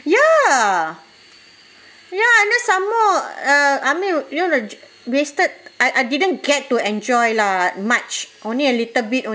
ya ya and then some more uh I mean you you just wasted I I didn't get to enjoy lah much only a little bit only